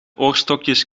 oorstokjes